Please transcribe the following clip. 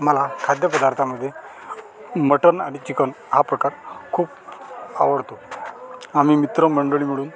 मला खाद्यपदार्थांमध्ये मटण आणि चिकन हा प्रकार खूप आवडतो आम्ही मित्रमंडळी मिळून